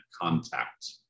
contact